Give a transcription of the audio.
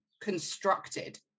Constructed